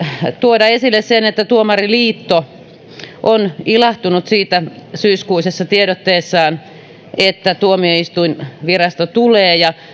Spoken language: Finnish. tuoda esille sen että tuomariliitto on ilahtunut syyskuisessa tiedotteessaan siitä että tuomioistuinvirasto tulee ja